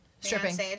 stripping